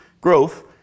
Growth